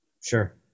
Sure